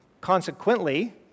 Consequently